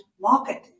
marketing